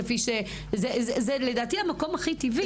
זה לדעתי המקום הכי טבעי.